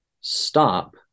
stop